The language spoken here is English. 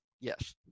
yes